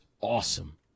awesome